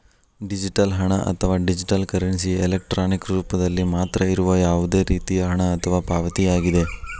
digital ಹಣ, ಅಥವಾ digital currency, electronic ರೂಪದಲ್ಲಿ ಮಾತ್ರ ಇರುವ ಯಾವುದೇ ರೇತಿಯ ಹಣ ಅಥವಾ ಪಾವತಿಯಾಗಿದೆ